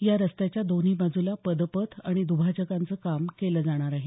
या रस्त्याच्या दोन्ही बाजूला पदपथ आणि दुभाजकांचं काम केलं जाणार आहे